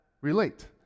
relate